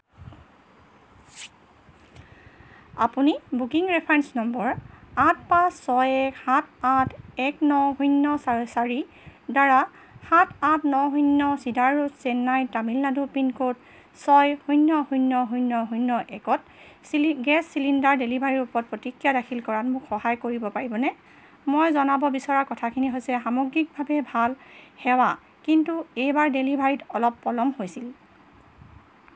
আপুনি booking reference number আঠ পাঁচ ছয় এক সাত আঠ এক ন শূন্য ছয় চাৰিৰ দ্বাৰা সাত আঠ ন শূন্য cedar road Chennai Tamil Nadu pin code ছয় শূন্য শূন্য শূন্য শূন্য একত গেছ চিলিণ্ডাৰ ডেলিভাৰীৰ ওপৰত প্ৰতিক্ৰিয়া দাখিল কৰাত মোক সহায় কৰিব পাৰিবনে মই জনাব বিচৰা কথাখিনি হৈছে সামগ্ৰিকভাৱে ভাল সেৱা কিন্তু এইবাৰ ডেলিভাৰীত অলপ পলম হৈছিল